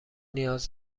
نیاز